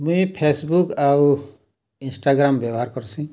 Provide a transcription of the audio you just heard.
ମୁଇଁ ଫେସ୍ବୁକ୍ ଆଉ ଇନ୍ଷ୍ଟାଗ୍ରାମ୍ ବ୍ୟବହାର୍ କର୍ସିଁ